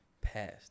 past